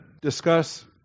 discuss